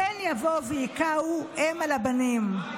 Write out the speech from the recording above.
פן יבוא ויכהו אם על בנים.